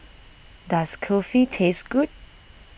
does Kulfi taste good